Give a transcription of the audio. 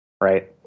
Right